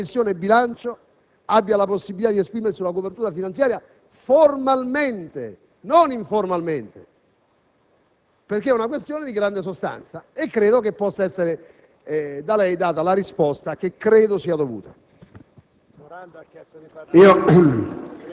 Ci dev'essere un passaggio in cui la Commissione bilancio abbia la possibilità di esprimersi sulla copertura finanziaria formalmente, non informalmente. È una questione di grande sostanza e ritengo che possa essere da lei data la risposta che credo sia dovuta.